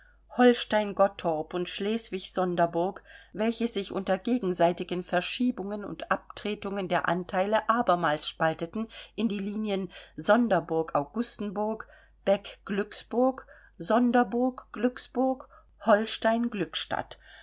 holstein gottorp und schleswig sonderburg welche sich unter gegenseitigen verschiebungen und abtretungen der anteile abermals spalteten in die linien sonderburg augustenburg beck glücksburg sonderburg glücksburg holstein